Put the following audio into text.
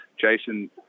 Jason